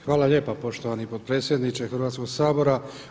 Hvala lijepa poštovani potpredsjedniče Hrvatskoga sabora.